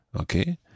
Okay